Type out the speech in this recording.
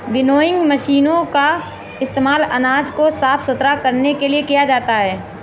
winnowing मशीनों का इस्तेमाल अनाज को साफ सुथरा करने के लिए किया जाता है